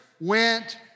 went